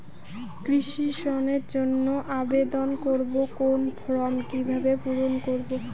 কৃষি ঋণের জন্য আবেদন করব কোন ফর্ম কিভাবে পূরণ করব?